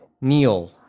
Neil